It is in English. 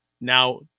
now